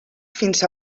fins